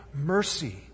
mercy